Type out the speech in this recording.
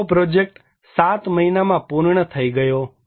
આખો પ્રોજેક્ટ 7 મહિનામાં પૂર્ણ થઈ ગયો